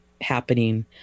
happening